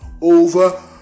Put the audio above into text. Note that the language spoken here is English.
over